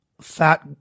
fat